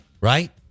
Right